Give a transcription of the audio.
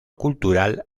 cultural